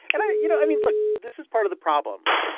and i you know, i mean, look. this is part of the problem.